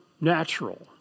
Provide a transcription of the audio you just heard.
natural